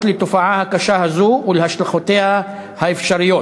לתופעה הקשה הזאת ולהשלכותיה האפשריות.